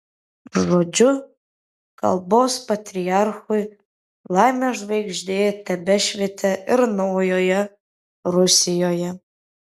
žodžiu kalbos patriarchui laimės žvaigždė tebešvietė ir naujoje rusijoje